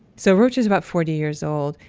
so, rauch is about forty years old,